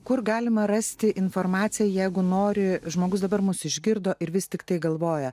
kur galima rasti informaciją jeigu nori žmogus dabar mus išgirdo ir vis tiktai galvoja